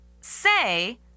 Say